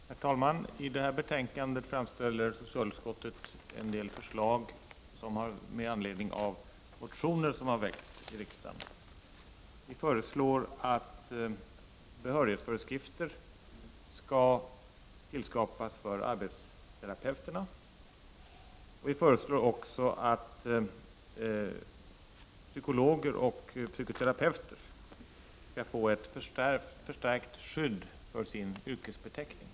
Herr talman! I detta betänkande framställer socialutskottet en del förslag med anledning av motioner som har väckts i riksdagen. Vi föreslår att behörighetsföreskrifter skall tillskapas för arbetsterapeuterna. Vi föreslår också att psykologer och psykoterapeuter skall få ett förstärkt skydd för sin yrkesbeteckning.